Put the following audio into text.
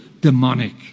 demonic